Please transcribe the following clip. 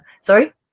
Sorry